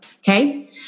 okay